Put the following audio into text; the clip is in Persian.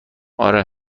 آره